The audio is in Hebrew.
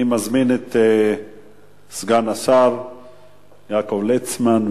אני מזמין את סגן השר יעקב ליצמן.